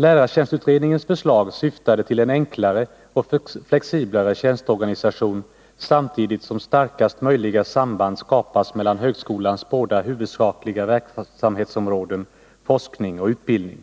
Lärartjänstutredningens förslag syftade till en enklare och flexiblare tjänsteorganisation, samtidigt som starkaste möjliga samband skapas mellan högskolans båda huvudsakliga verksamhetsområden — forskning och utbildning.